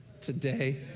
today